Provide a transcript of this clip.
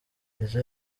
ejo